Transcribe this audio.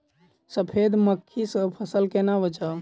सफेद मक्खी सँ फसल केना बचाऊ?